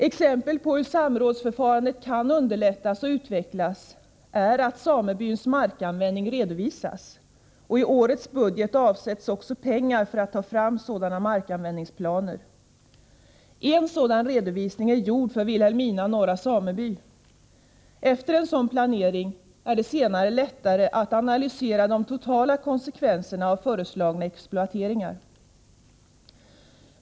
Exempel på hur samrådsförfarandet kan underlättas och utvecklas är att samebyns markanvändning redovisas. I årets budget avsätts också pengar för att ta fram markanvändningsplaner. En sådan redovisning är gjord för Vilhelmina norra sameby. Efter en sådan markanvändningsplanering är det lättare att sedan analysera de totala konsekvenserna av föreslagna exploateringar.